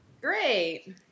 Great